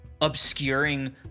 obscuring